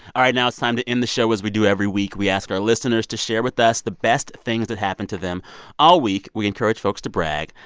all right. now it's time to end the show as we do every week. we ask our listeners to share with us the best things that happened to them all week. we encourage folks to brag.